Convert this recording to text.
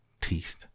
teeth